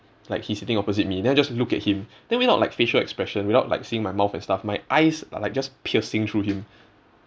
like he's sitting opposite me then I just look at him then without like facial expression without like seeing my mouth and stuff my eyes are like just piercing through him